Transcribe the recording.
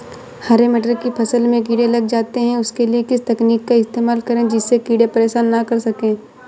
हरे मटर की फसल में कीड़े लग जाते हैं उसके लिए किस तकनीक का इस्तेमाल करें जिससे कीड़े परेशान ना कर सके?